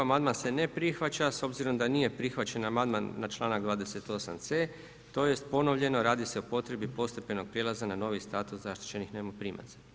Amandman se ne prihvaća s obzirom da nije prihvaćen amandman na čl. 28. c, tj. ponovljeno radi se o potrebi postepenog prijelaza na novi status zaštićenih najmoprimaca.